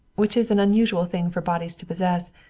which is an unusual thing for bodies to possess,